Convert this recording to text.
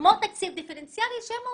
כמו תקציב דיפרנציאלי שהם אומרים,